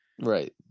Right